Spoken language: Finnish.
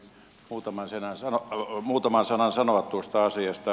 myöhäisheränneenä arvelin muutaman sanan sanoa tuosta asiasta